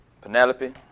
Penelope